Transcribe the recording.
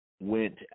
went